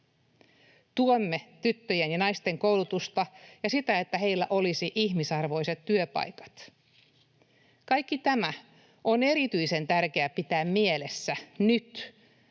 Tuemme tyttöjen ja naisten koulutusta ja sitä, että heillä olisi ihmisarvoiset työpaikat. Kaikki tämä on erityisen tärkeää pitää mielessä nyt,